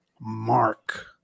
mark